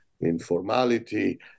informality